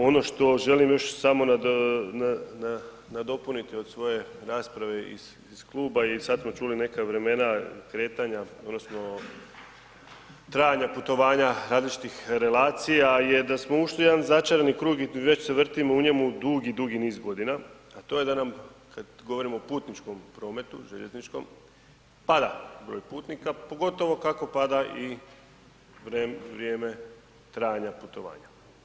Ono što želim još nadopuniti od svoje rasprave iz kluba i sad smo čuli neka vremena kretanja odnosno trajanja putovanja različitih relacija je da smo ušli u jedan začarani krug i već se vrtimo u njemu dugi, dugi niz godina, a to je dam kad govorimo o putničkom prometu željezničkom pada broj putnika, pogotovo kako pada i vrijeme trajanja putovanja.